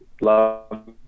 love